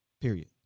period